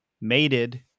mated